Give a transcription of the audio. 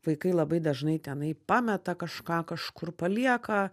vaikai labai dažnai tenai pameta kažką kažkur palieka